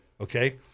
Okay